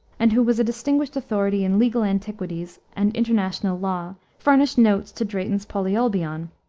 and who was a distinguished authority in legal antiquities and international law, furnished notes to drayton's polyolbion,